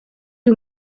uyu